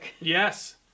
Yes